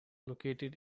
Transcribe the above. located